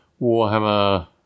Warhammer